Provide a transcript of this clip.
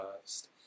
first